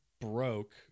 broke